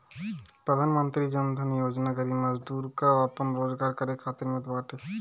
प्रधानमंत्री जन धन योजना गरीब मजदूर कअ आपन रोजगार करे खातिर मिलत बाटे